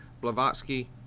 Blavatsky